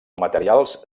materials